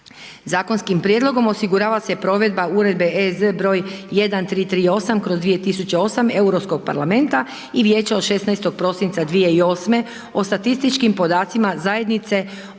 Zakonskim prijedlogom osigurava se provedba Uredbe EZ br. 1338/2008 Europskog parlamenta i Vijeća od 16. prosinca 2008. o statističkim podacima zajednice